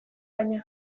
baina